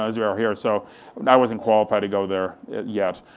as we are here, so i wasn't qualified to go there yet.